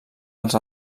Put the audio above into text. els